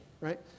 right